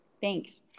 Thanks